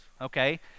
Okay